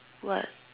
what